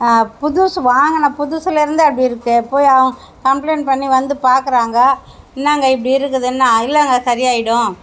புதுசு வாங்கின புதுசுலேருந்து அப்படி இருக்கு போய் கம்ப்ளைண்ட் பண்ணி வந்து பாக்கிறாங்க என்னங்க இப்படி இருக்குதுன்னா இல்லைங்க சரி ஆகிடும்